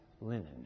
linen